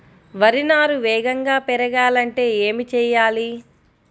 వరి నారు వేగంగా పెరగాలంటే ఏమి చెయ్యాలి?